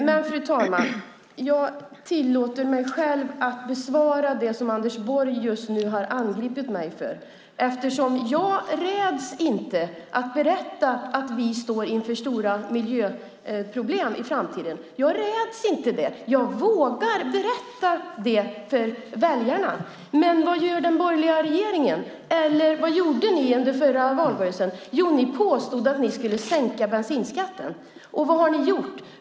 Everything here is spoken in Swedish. Fru talman! Jag tillåter mig själv att besvara det som Anders Borg just nu har angripit mig för eftersom jag inte räds att berätta att vi står inför stora miljöproblem i framtiden. Jag räds inte det. Jag vågar berätta det för väljarna. Men vad gör den borgerliga regeringen? Eller vad gjorde ni under förra valrörelsen? Jo, ni påstod att ni skulle sänka bensinskatten. Och vad har ni gjort?